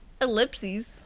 Ellipses